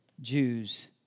Jews